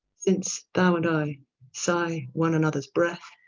since thou and i sigh one anothers breath,